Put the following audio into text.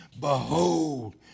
Behold